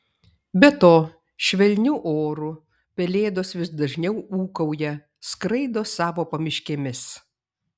be to švelniu oru pelėdos vis dažniau ūkauja skraido savo pamiškėmis